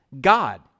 God